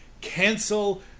cancel